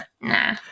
Nah